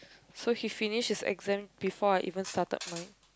so he finish his exam before I even started mine